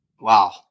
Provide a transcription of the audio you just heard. Wow